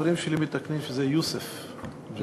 חברים שלי מתקנים שזה יוּסף ג'בארין.